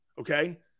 Okay